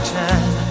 time